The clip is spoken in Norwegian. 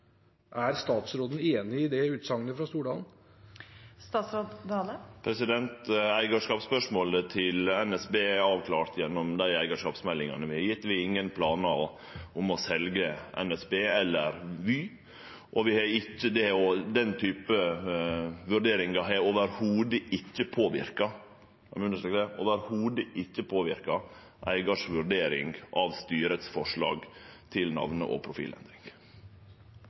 Er statsråden enig i det utsagnet fra Stordalen? Eigarskapsspørsmålet til NSB er avklart gjennom dei eigarskapsmeldingane vi har gjeve. Vi har ingen planar om å selje NSB, eller Vy, og den typen vurderingar har i det heile ikkje påverka – eg må understreke det, i det heile ikkje påverka – eigars vurdering av styrets forslag til namne- og profilendring.